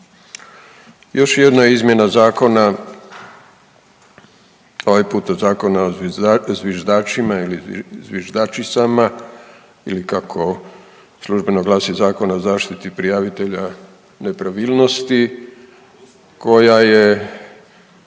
Još jedna izmjena zakona ovaj puta Zakona o zviždačima ili zviždačicama ili kako službeno glasi Zakon o zaštiti prijavitelja nepravilnosti koja je